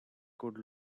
could